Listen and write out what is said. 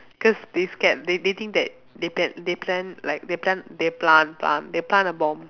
cause they scared they they think that they plan they plan like they plant they plant plant they plant a bomb